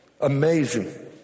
amazing